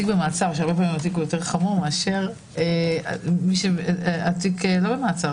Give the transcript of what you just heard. במעצר - הוא חמור מאשר מי שהתיק לא במעצר.